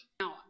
Now